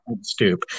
stoop